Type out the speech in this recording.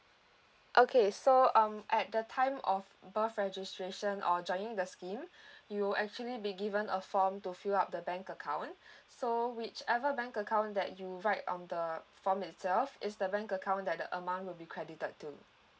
okay so um at the time of birth registration or joining the scheme you'll actually be given a form to fill up the bank account so whichever bank account that you write on the form itself is the bank account that the amount will be credited to